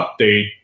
update